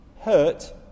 hurt